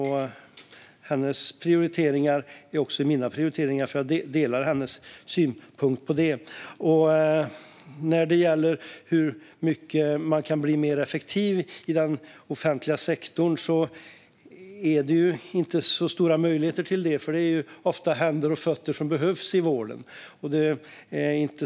Hennes prioriteringar är också mina prioriteringar. Jag delar hennes synpunkt. Hur mycket effektivare kan man då bli i den offentliga sektorn? Det finns inte så stora möjligheter till det, för det är ofta händer och fötter som behövs i vården.